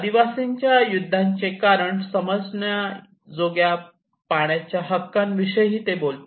आदिवासींच्या युद्धांचे कारण समजण्याजोग्या पाण्याच्या हक्कांविषयीही ते बोलतात